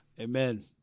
Amen